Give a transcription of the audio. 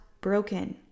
broken